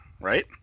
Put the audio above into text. right